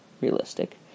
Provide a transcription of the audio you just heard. realistic